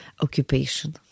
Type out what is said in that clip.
occupation